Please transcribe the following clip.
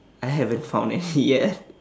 I haven't found it yet